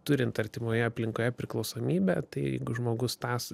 turint artimoje aplinkoje priklausomybę tai žmogus tas